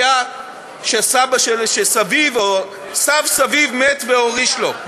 כמו שהיה כשסביו או סב-סביו מת והוריש לו.